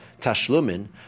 Tashlumin